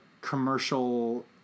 commercial